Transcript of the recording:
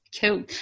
cool